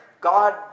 God